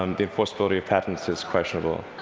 um the enforceability of patents is questionable.